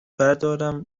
بردارم